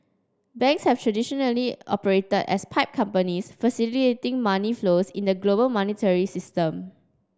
banks have traditionally operated as pipe companies facilitating money flows in the global monetary system